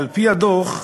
על-פי הדוח,